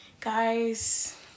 guys